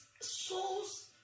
souls